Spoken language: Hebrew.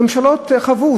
ממשלות חוו,